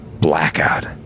Blackout